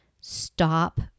stop